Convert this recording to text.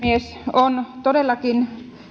on todellakin